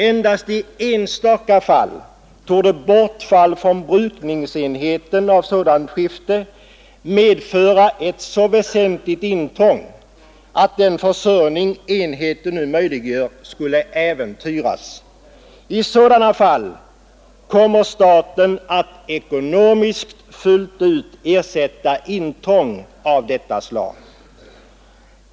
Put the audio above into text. Endast i enstaka fall torde bortfall från brukningsenheten av sådant skifte medföra ett så väsentligt intrång att den försörjning som enheten nu möjliggör skulle äventyras. I sådana fall kommer staten att ekonomiskt fullt ut ersätta intrång av detta slag.